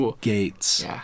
gates